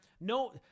No